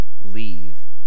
leave